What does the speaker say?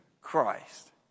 Christ